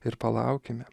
ir palaukime